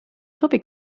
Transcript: sobi